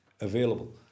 available